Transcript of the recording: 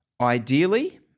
ideally